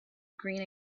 green